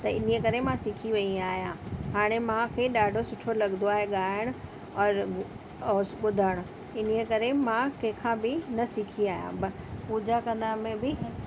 त इन ई करे मां सिखी वई आहियां हाणे मूंखे ॾाढो सुठो लॻदो आहे गाइण और और ॿुधण इन ई करे मां कंहिंखां बि न सिखी आहियां पूजा करण में बि